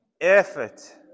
Effort